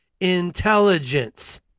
intelligence